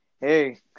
hey